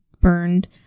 burned